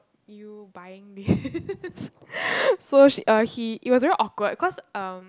you buying this so she uh he it was very awkward cause um